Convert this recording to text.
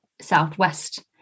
southwest